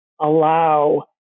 allow